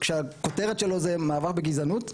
שהכותרת שלו היא המאבק בגזענות,